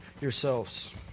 yourselves